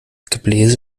gebläse